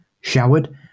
showered